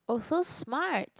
oh so smart